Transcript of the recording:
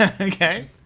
Okay